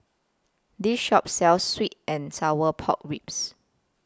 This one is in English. This Shop sells Sweet and Sour Pork Ribs